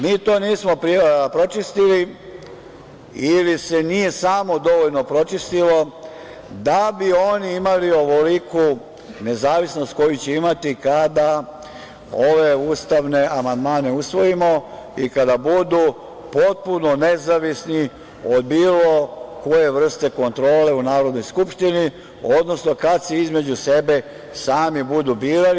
Mi to nismo pročistili ili se nije samo dovoljno pročistilo da bi oni imali ovoliku nezavisnost koju će imati kada ove ustavne amandmane usvojimo i kada budu potpuno nezavisni od bilo koje vrste kontrole u Narodnoj skupštini, odnosno kada se između sebe sami budu birali.